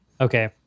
okay